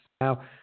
Now